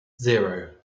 zero